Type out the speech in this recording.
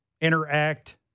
interact